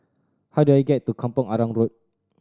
how do I get to Kampong Arang Road